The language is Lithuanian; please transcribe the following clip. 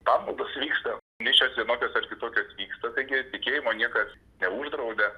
pamaldos vyksta mišios vienokios ar kitokios vyksta taigi tikėjimo niekas neuždraudė